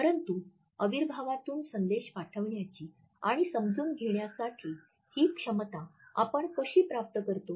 परंतु अविर्भावातून संदेश पाठविण्याची आणि समजून घेण्यासाठी ही क्षमता आपण कशी प्राप्त करतो